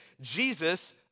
Jesus